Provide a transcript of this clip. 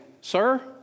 sir